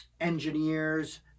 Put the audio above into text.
engineers